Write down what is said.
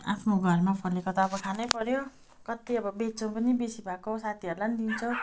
आफ्नो घरमा फलेको त अब खानै पऱ्यो कति अब बेच्छौँ पनि बेसी भएको साथीहरूलाई नि दिन्छौँ